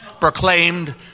proclaimed